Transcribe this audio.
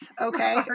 Okay